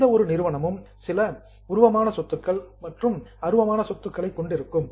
எந்த ஒரு நிறுவனமும் சில டான்ஜிபிள் அசட்ஸ் உருவமான சொத்துக்கள் மற்றும் இன்டான்ஜிபிள் அசட்ஸ் அருவமான சொத்துகளை கொண்டிருக்கும்